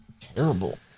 terrible